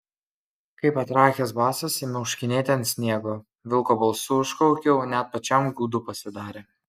kaip patrakęs basas ėmiau šokinėti ant sniego vilko balsu užkaukiau net pačiam gūdu pasidarė